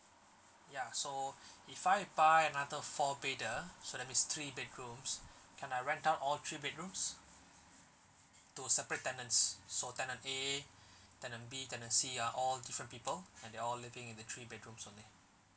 ya so if I buy another four bed ah so that means three bedrooms can I rent out all three bedrooms to separate tenants so tenant A tenant B tenant C are all different people and they're all living in the three bedrooms only